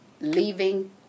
leaving